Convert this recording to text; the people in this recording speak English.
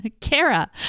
Kara